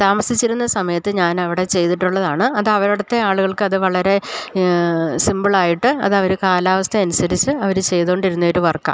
താമസിച്ചിരുന്ന സമയത്ത് ഞാൻ അവിടെ ചെയ്തിട്ടുള്ളതാണ് അത് അവിടുത്തെ ആളുകൾക്ക് അത് വളരെ സിമ്പ്ളായിട്ട് അതവർ കാലാവസ്ഥ അനുസരിച്ച് അവർ ചെയ്തോണ്ടിരുന്ന ഒരു വർക്കാ